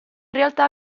realtà